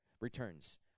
returns